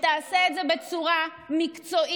שתעשה את זה בצורה מקצועית,